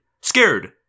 scared